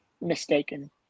mistaken